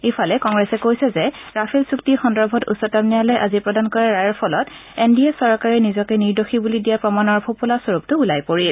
ইফালে কংগ্ৰেছে কৈছে যে ৰাফেল চুক্তি সন্দৰ্ভত উচ্চতম ন্যায়ালয়ে আজি প্ৰদান কৰা ৰায়ৰ ফলত এন ডিয়ে চৰকাৰে নিজকে নিৰ্দেষী বুলি দিয়া প্ৰমাণৰ ফোপলা স্বৰূপটো ওলাই পৰিল